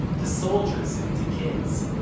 to soldiers and to kids.